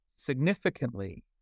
significantly